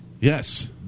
Yes